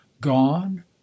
gone